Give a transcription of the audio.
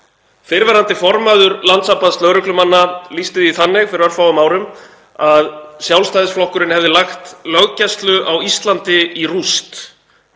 Fyrrverandi formaður Landssambands lögreglumanna lýsti því þannig fyrir örfáum árum að Sjálfstæðisflokkurinn hefði lagt löggæslu á Íslandi í rúst.